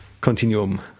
continuum